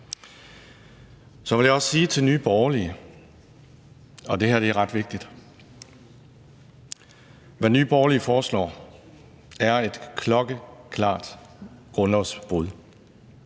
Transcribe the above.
Så vil jeg også sige til Nye Borgerlige – og det her er ret vigtigt: Det, Nye Borgerlige foreslår, er et klokkeklart grundlovsbrud.